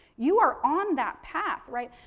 you are on that path right.